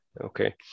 Okay